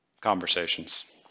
conversations